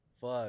fuck